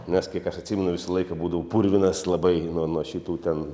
nes kiek aš atsimenu visą laiką būdavau purvinas labai nuo nuo šitų ten